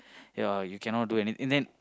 ya you cannot do any and then